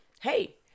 hey